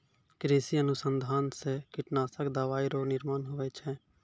कृषि अनुसंधान से कीटनाशक दवाइ रो निर्माण हुवै छै